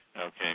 Okay